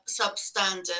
substandard